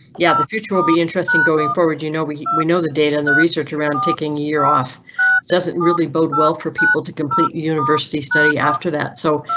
yeah, the future will be interesting going forward. you know, we we know the data in the research around taking year off doesn't really bode well for people to complete university study after that, so.